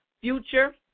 future